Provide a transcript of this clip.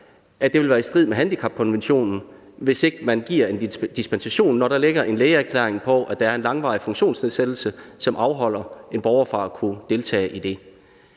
at det vil være i strid med handicapkonventionen, hvis ikke man giver en dispensation, når der ligger en lægeerklæring på, at der er en langvarig funktionsnedsættelse, som afholder en borger fra at kunne deltage i det.